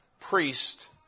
priest